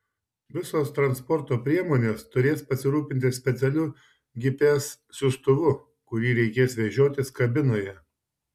visos transporto priemonės turės pasirūpinti specialiu gps siųstuvu kurį reikės vežiotis kabinoje